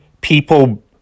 people